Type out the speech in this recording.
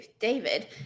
David